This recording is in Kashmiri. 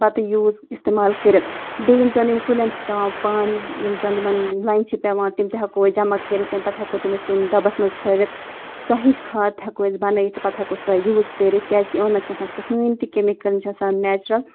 پَتہٕ یوٗز استعمال کٔرِتھ بیٚیہِ یِم زَن یِم کُلٮ۪ن چھِ پٮ۪وان پَن یِم زَن یِمَن لَنٛجہِ چھِ پٮ۪وان تِم تہِ ہٮ۪کو أسۍ جمع کٔرِتھ تَمہِ پَتہٕ ہٮ۪کو تِم أسۍ کُنہِ دَۄبَس منٛز تھٲوِتھ سۄ ہِش کھاد تہِ ہٮ۪کو أسۍ بَنٲوِتھ تہٕ پَتہٕ ہٮ۪کو سۄے یوٗز کٔرِتھ کیٛازِکہِ یِمَن منٛز چھِنہٕ آسان کٕہٕنۍ تہِ کیٚمِکَل چھِ آسان نیچرَل